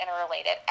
interrelated